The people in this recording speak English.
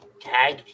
tag